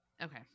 Okay